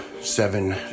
seven